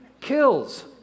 kills